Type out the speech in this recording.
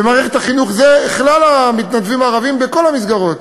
ומערכת החינוך זה כלל המתנדבים הערבים בכל המסגרות,